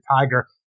tiger